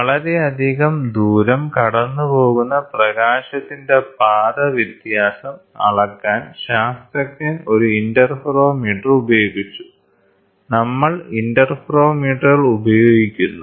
വളരെയധികം ദൂരം കടന്നുപോകുന്ന പ്രകാശത്തിന്റെ പാത വ്യത്യാസം അളക്കാൻ ശാസ്ത്രജ്ഞൻ ഒരു ഇന്റർഫെറോമീറ്റർ ഉപയോഗിച്ചു നമ്മൾ ഇന്റർഫെറോമീറ്ററുകൾ ഉപയോഗിക്കുന്നു